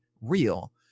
real